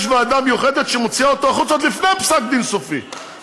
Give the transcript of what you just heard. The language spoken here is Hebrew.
יש ועדה מיוחדת שמוציאה אותו עוד לפני פסק הדין הסופי,